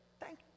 thank